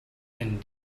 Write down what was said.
and